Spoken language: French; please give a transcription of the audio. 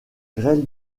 grêle